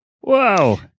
Whoa